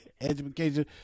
education